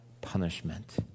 punishment